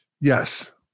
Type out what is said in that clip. Yes